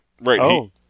Right